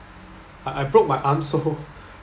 I I broke my arm so